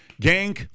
gang